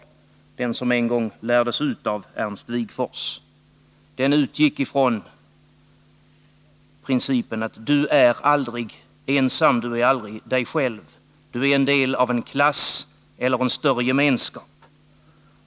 Jag syftar på den moral som en gång lärdes ut av Ernst Wigtorss och som utgick från principen att du är aldrig ensam, du är aldrig dig själv, du är en del av en klass eller en större gemenskap.